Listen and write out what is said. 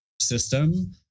system